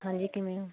ਹਾਂਜੀ ਕਿਵੇਂ ਹੋ